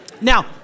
Now